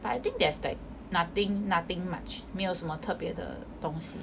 but I think there's like nothing nothing much 没有什么特别的东西